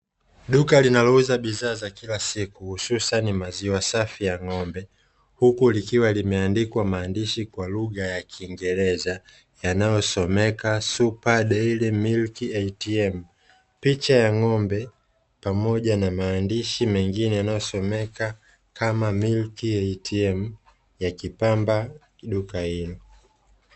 Duka linalouza bidhaa za kila siku hususani maziwa safi ya ng'ombe huku likiwa limeandikwa maandishi kwa lugha ya kingereza yanayosomeka super diary milk ATM. Picha ya ng'ombe pamoja na maandishi mengine yanayosomeka kama milk ATM yakipamba duka hilo.